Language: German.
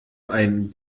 ein